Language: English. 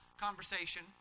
conversation